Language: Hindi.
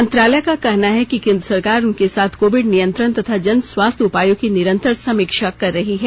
मंत्रालय का कहना है कि केन्द्र सरकार उनके साथ कोविड नियंत्रण तथा जन स्वास्थ्य उपायों की निरंतर समीक्षा कर रही है